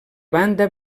banda